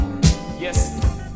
Yes